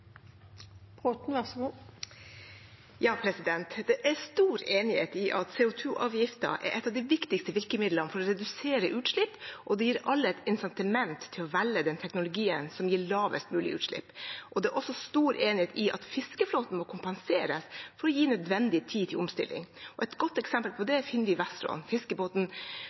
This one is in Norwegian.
et av de viktigste virkemidlene for å redusere utslipp, og det gir alle et insitament til å velge den teknologien som gir lavest mulig utslipp. Det er også stor enighet om at fiskeflåten må kompenseres for å gi nødvendig tid til omstilling. Et godt eksempel på det finner vi i Vesterålen. Fiskebåten